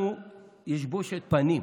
לנו יש בושת פנים.